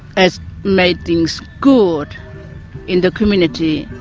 has made things good in the community,